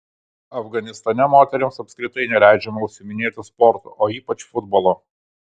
afganistane moterims apskritai neleidžiama užsiiminėti sportu o ypač futbolu